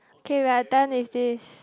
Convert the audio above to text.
K we are done with this